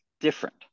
different